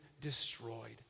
destroyed